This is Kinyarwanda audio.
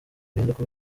ruhinduka